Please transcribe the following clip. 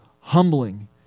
humbling